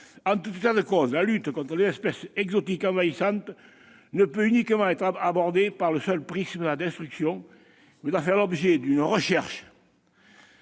En tout état de cause, la lutte contre les espèces exotiques envahissantes ne peut uniquement être abordée par le seul prisme de la destruction, mais elle doit faire l'objet d'une recherche